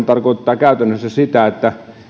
tarkoittavat käytännössä sitä että